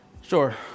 Sure